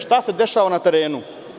Šta se dešava na terenu?